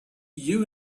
you